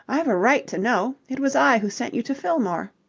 i've a right to know. it was i who sent you to fillmore.